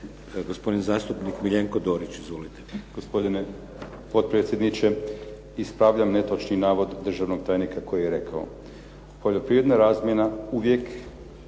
Gospodin zastupnik Miljenko Dorić. Izvolite. **Dorić, Miljenko (HNS)** Gospodine potpredsjedniče. Ispravljam netočan navod državnog tajnika koji je rekao: "Poljoprivredna razmjena uvijek